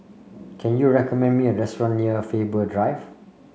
can you recommend me a restaurant near Faber Drive